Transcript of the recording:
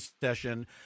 session